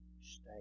stay